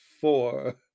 Four